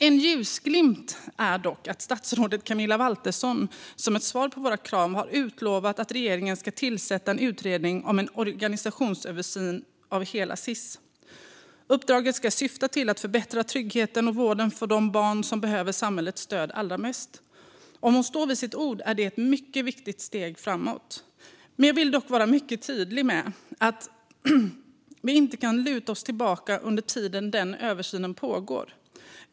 En ljusglimt är dock att statsrådet Camilla Waltersson Grönvall som ett svar på våra krav har utlovat att regeringen ska tillsätta en utredning om en organisationsöversyn av hela Sis. Uppdraget ska syfta till att förbättra tryggheten och vården för de barn som behöver samhällets stöd allra mest. Om hon står vid sitt ord är det ett mycket viktigt steg framåt. Jag vill dock vara tydlig med att vi inte kan luta oss tillbaka under tiden översynen pågår.